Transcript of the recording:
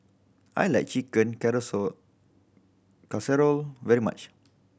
I like Chicken Casserole very much